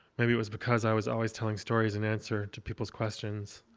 maybe it was because i was always telling stories in answer to people's questions.